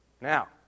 Now